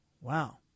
Wow